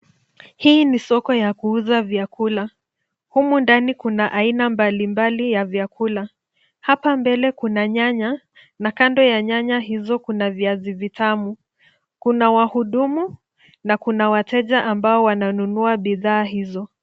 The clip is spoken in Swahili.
Hii ni soko ya kuuza vyakula. Humu ndani kuna aina mbalimbali ya vyakula. Hapa mbele kuna nyanya na kando ya nyanya kuna viazi vitamu. Kuna wahudumu na kuna wateja ambao wananunua bidhaa hizo.